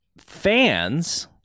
fans